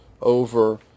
over